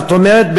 זאת אומרת,